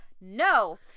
No